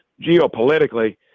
geopolitically